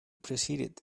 proceeded